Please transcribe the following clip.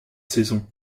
saison